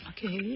Okay